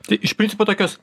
tai iš principo tokios